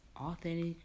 authentic